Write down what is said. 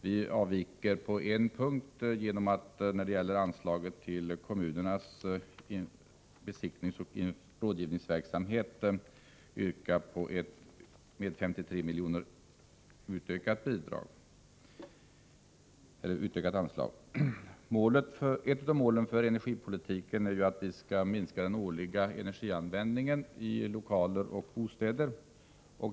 Vi avviker på en punkt, när det gäller anslaget till kommunernas besiktningsoch rådgivningsverksamhet, där vi yrkar på ett med 53 miljoner utökat anslag. Ett av målen för energipolitiken är att minska den årliga energianvändningen i lokaler och bostäder.